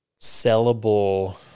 sellable